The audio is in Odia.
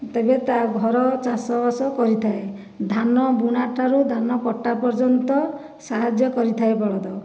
ତେବେ ତା ଘର ଚାଷବାସ କରିଥାଏ ଧାନ ବୁଣା ଠାରୁ ଧାନ କଟା ପର୍ଯ୍ୟନ୍ତ ସାହାଯ୍ୟ କରିଥାଏ ବଳଦ